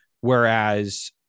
whereas